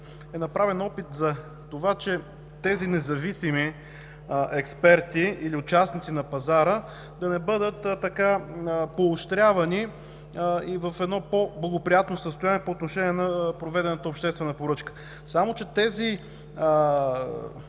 е направен опит тези независими експерти или участници на пазара да не бъдат поощрявани и в едно по-благоприятно състояние по отношение на проведената обществена поръчка. Само че